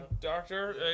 doctor